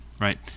right